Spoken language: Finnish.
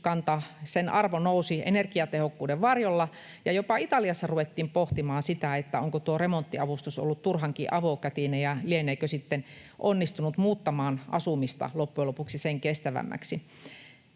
arvo nousi energiatehokkuuden varjolla. Jopa Italiassa ruvettiin pohtimaan, onko tuo remonttiavustus ollut turhankin avokätinen ja lieneekö sitten onnistunut muuttamaan asumista loppujen lopuksi sen kestävämmäksi.